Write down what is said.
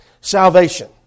salvation